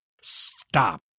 Stop